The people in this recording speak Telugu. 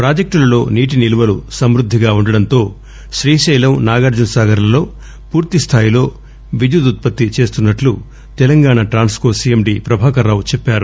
ప్రాజెక్టులలో నీటి నిల్వలు సంవృద్దిగా ఉండడంతో శ్రీశైలం నాగార్టునసాగర్ లలో పూర్తి స్థాయిలో విద్యుత్ ఉత్పత్తి చేస్తున్నట్లు Telangana Transco CMD Prabhakar Rao చెప్పారు